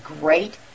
great